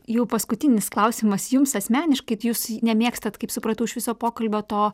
jau paskutinis klausimas jums asmeniškai jūs nemėgstat kaip supratau iš viso pokalbio to